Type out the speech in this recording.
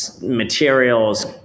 materials